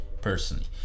personally